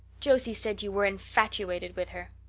josie said you were infatuated with her.